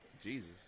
Jesus